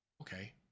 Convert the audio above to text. Okay